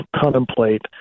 contemplate